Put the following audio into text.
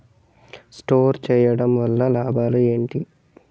Store చేయడం వల్ల లాభాలు ఏంటి?